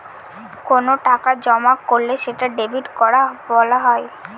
কোনো টাকা জমা করলে সেটা ডেবিট করা বলা হয়